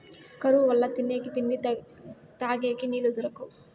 కరువు వల్ల తినేకి తిండి, తగేకి నీళ్ళు దొరకవు